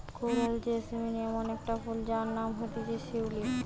coral jasmine ইমন একটা ফুল যার নাম হতিছে শিউলি